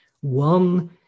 One